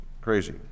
Crazy